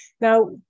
now